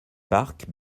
parc